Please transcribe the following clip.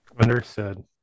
Understood